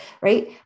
right